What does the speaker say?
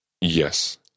yes